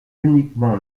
uniquement